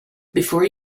before